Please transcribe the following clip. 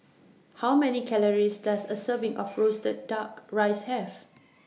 How Many Calories Does A Serving of Roasted Duck Rice Have